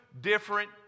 different